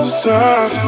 stop